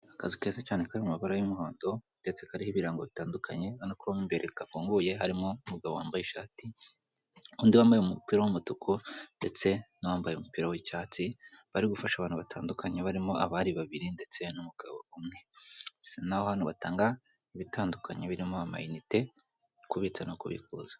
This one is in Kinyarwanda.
Akazu keza cyane kari mu mabara y'umuhondo ndetse kariho ibirango bitandukanye ubona ko mo imbere hafunguye harimo umugabo wambaye ishati undi wambaye umupira w'umutuku ndetse n'undi wambaye umupira w'icyatsi bari gufasha abantu batandukanye barimo abari babiri ndetse numugabi umwe. basa n'abantu batanga ibintu bitandukanye birimo amayinite kubitsa no kubikuza.